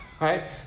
right